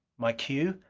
my cue?